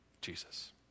Jesus